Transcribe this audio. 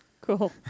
Cool